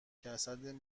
جسدان